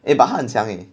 eh but 他很强 eh